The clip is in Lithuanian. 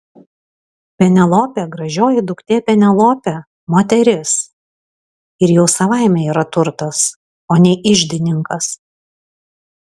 penelopė gražioji duktė penelopė moteris ir jau savaime yra turtas o ne iždininkas